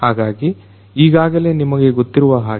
ಹಾಗಾಗಿ ಈಗಾಗಲೆ ನಿಮಗೆ ಗೊತ್ತಿರವಹಾಗೆ